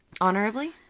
Honorably